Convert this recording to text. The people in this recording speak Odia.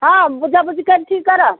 ହଁ ବୁଝାବୁଝି କରି ଠିକ କର